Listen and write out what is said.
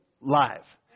live